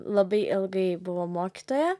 labai ilgai buvo mokytoja